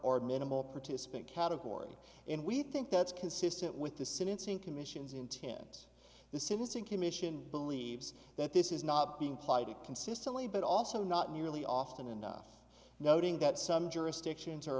or minimal participant category and we think that's consistent with the sentencing commission's intense the sentencing commission believes that this is not being plotted consistently but also not nearly often enough noting that some jurisdictions are